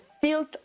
field